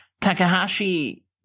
Takahashi